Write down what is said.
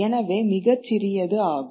எனவே மிகச் சிறியது ஆகும்